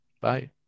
Bye